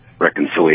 Reconciliation